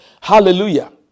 Hallelujah